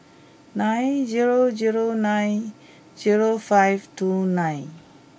nine zero zero nine zero five two nine